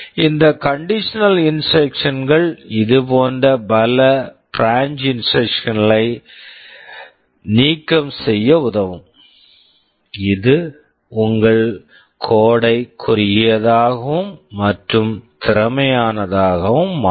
இந்த conditional instructions conditional instructions கள் இதுபோன்ற பல பிரான்ச் இன்ஸ்ட்ரக்க்ஷன்ஸ் branch instructions களை நீக்கம் செய்ய உதவும் இது உங்கள் கோட் code ஐ குறுகியதாகவும் மற்றும் திறமையானதாகவும் மாற்றும்